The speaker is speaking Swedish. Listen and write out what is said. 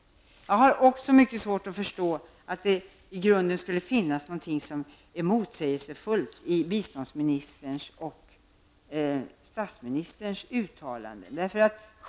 Vidare har jag mycket svårt att förstå att det i grunden skulle finnas något motsägelsefullt i biståndsministerns och statsministerns uttalanden.